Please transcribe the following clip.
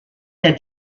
der